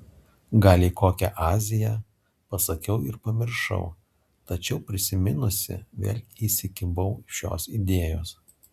gal į kokią aziją pasakiau ir pamiršau tačiau prisiminusi vėl įsikibau šios idėjos